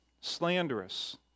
slanderous